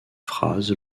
phrase